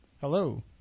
Hello